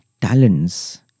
talents